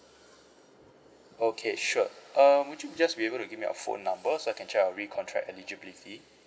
okay sure um would you just be able to give me your phone number so I can check our re-contract eligibility